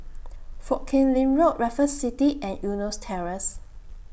Foo Kim Lin Road Raffles City and Eunos Terrace